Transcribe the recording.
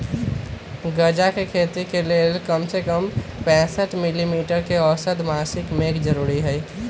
गजा के खेती के लेल कम से कम पैंसठ मिली मीटर के औसत मासिक मेघ जरूरी हई